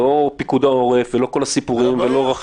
לא פיקוד העורף ולא רח"ל.